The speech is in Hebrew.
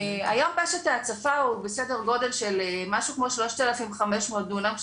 היום פשט ההצפה הוא בסדר גודל של משהו כמו 3,500 דונם.